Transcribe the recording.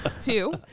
Two